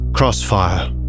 Crossfire